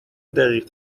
دقیق